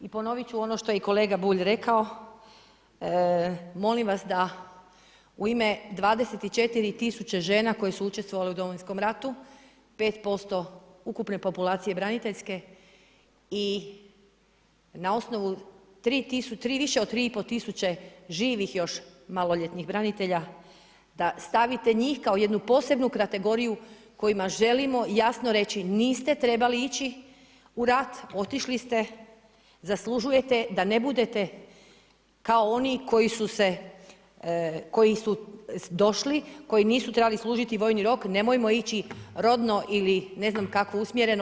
I ponoviti ću ono što je i kolega Bulj rekao, molim vas da u ime 24000 žena koje su učestvovale u Domovinskom ratu, 5% ukupne populacije braniteljske i na osnovu, više os 3500 živih još maloljetnih branitelja, da stavite njih kao jednu posebnu kategoriju, kojima želim jasno reći, niste trebali ići u rat, otišli ste, zaslužujete da ne budete kao oni koji su došli, koji nisu trebali služiti vojni rok, nemojmo ići rodno ili ne znam kako usmjereno.